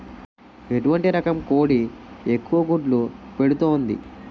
ఎటువంటి రకం కోడి ఎక్కువ గుడ్లు పెడుతోంది?